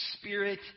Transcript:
spirit